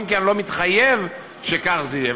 אם כי אני לא מתחייב שכך זה יהיה.